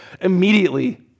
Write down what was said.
immediately